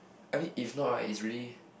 I mean if not right is really